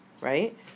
right